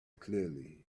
clearly